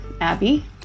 Abby